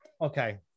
Okay